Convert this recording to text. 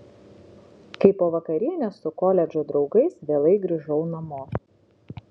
kai po vakarienės su koledžo draugais vėlai grįžau namo